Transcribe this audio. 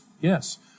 Yes